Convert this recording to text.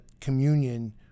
communion